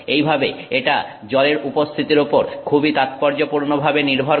এইভাবে এটা জলের উপস্থিতির উপর খুবই তাৎপর্যপূর্ণ ভাবে নির্ভর করে